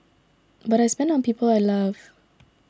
but I spend on people I love